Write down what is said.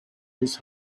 his